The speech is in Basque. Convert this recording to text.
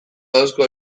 ahozko